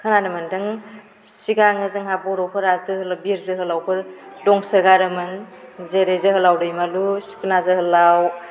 खोनानो मोनदों सिगां जोंहा बर'फोरा बिर जोहोलावफोर दंसोगारोमोन जेरै जोहोलाव दैमालु सिखोना जोहोलाव